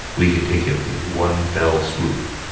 we can take him in one fell swoop.